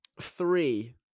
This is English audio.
three